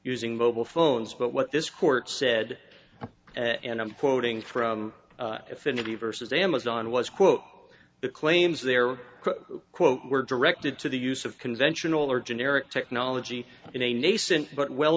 using mobile phones but what this court said and i'm quoting from affinity versus amazon was quote the claims there quote were directed to the use of conventional or generic technology in a nascent but well